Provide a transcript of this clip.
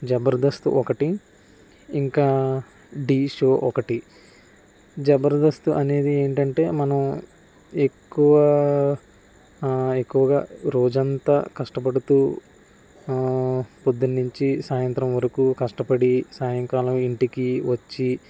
జబర్దస్త్ ఒకటి ఇంకా ఢీ షో ఒకటి జబర్దస్త్ అనేది ఏంటంటే మనం ఎక్కువ ఎక్కువగా రోజంతా కష్టపడుతూ పొద్దున్నుంచి సాయంత్రం వరకు కష్టపడి సాయంకాలం ఇంటికి వచ్చి